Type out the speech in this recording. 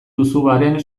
duzubaren